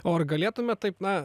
o ar galėtumėt taip na